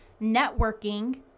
networking